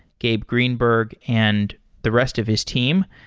gabe greenberg, and the rest of his team.